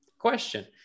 Question